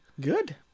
Good